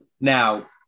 now